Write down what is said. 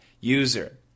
user